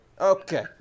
Okay